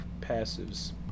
passives